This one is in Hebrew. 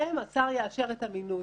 שלפניכם השר יאשר את המינוי,